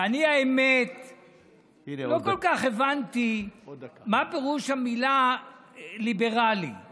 האמת היא שאני לא כל כך הבנתי מה פירוש המילה "ליברלי";